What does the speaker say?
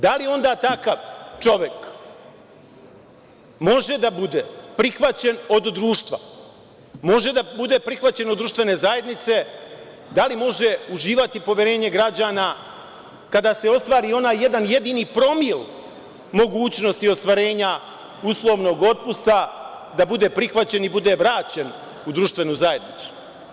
Da li onda takav čovek može da bude prihvaćen od društva, može da bude prihvaćen od društvene zajednice, da li može uživati poverenje građana kada se ostvari onaj jedan jedini promil mogućnosti ostvarenja uslovnog otpusta da bude prihvaćen i bude vraćen u društvenu zajednicu?